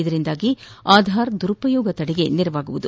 ಇದರಿಂದಾಗಿ ಆಧಾರ್ ದುರುಪಯೋಗ ತಡೆಗೆ ನೆರವಾಗಲಿದೆ